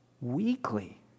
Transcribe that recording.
weekly